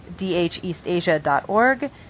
dheastasia.org